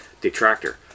detractor